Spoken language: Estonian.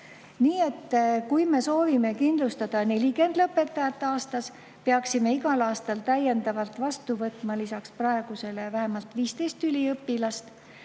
Nii et kui me soovime kindlustada 40 lõpetajat aastas, peaksime igal aastal vastu võtma veel vähemalt 15 üliõpilast.